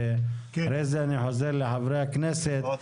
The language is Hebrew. ואחרי זה אני חוזר לחברי הכנסת.